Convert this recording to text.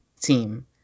team